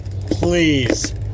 Please